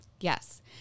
Yes